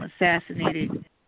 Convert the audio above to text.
assassinated